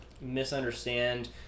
misunderstand